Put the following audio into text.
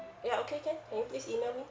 ya okay can can you please email me